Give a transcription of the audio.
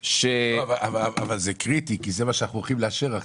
אבל זה קריטי כי זה מה אנחנו הולכים לאשר עכשיו.